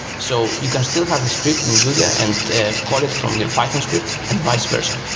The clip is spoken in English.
so you can still have a script in julia and call it form you python script and vice versa.